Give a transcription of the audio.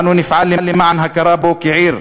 אנו נפעל להכרה בו כעיר,